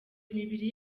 imibiri